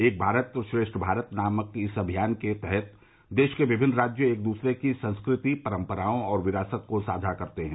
एक भारत श्रेष्ठ भारत नामक इस अभियान के तहत देश के विभिन्न राज्य एक दूसरे की संस्कृति परम्पराओं और विरासत को साझा करते हैं